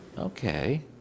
Okay